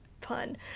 Pun